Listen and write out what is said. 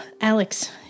Alex